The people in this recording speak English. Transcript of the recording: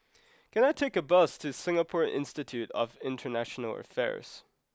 can I take a bus to Singapore Institute of International Affairs